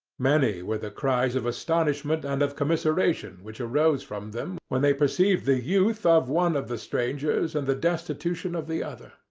many were the cries of astonishment and of commiseration which arose from them when they perceived the youth of one of the strangers and the destitution of the other.